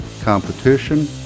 competition